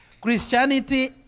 Christianity